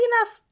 enough